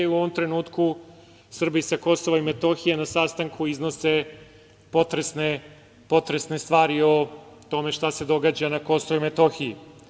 U ovom trenutku Srbi sa Kosova i Metohije na sastanku iznose potresne stvari o tome šta se događa na Kosovu i Metohiji.